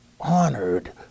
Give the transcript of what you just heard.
Honored